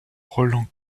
roland